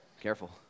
Careful